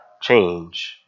change